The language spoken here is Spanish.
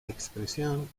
expresión